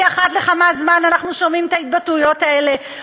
כי אחת לכמה זמן אנחנו שומעים את ההתבטאויות האלה,